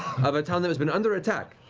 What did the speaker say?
of a town that has been under attack.